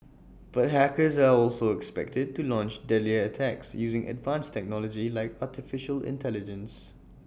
but hackers are also expected to launch deadlier attacks using advanced technology like Artificial Intelligence